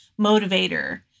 motivator